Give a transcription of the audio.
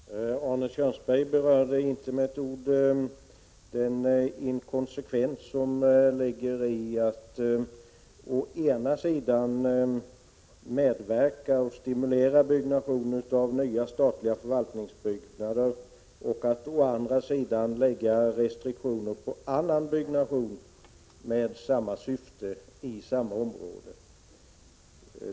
Fru talman! Arne Kjörnsberg berörde inte med ett ord den inkonsekvens som ligger i att å ena sidan stimulera byggnation av nya statliga förvaltningsbyggnader och å andra sidan lägga restriktioner på annan byggnation med samma syfte och i samma område.